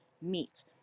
meet